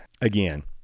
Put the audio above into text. again